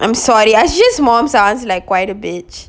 I sorry ah ashey's mom was like quite a bitch